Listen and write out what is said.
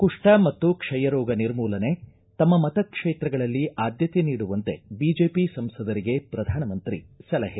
ಕುಷ್ಟ ಮತ್ತು ಕ್ಷಯ ರೋಗ ನಿರ್ಮೂಲನೆ ತಮ್ನ ಮತಕ್ಷೇತ್ರಗಳಲ್ಲಿ ಆದ್ದತೆ ನೀಡುವಂತೆ ಬಿಜೆಪಿ ಸಂಸದರಿಗೆ ಪ್ರಧಾನಮಂತ್ರಿ ಸಲಹೆ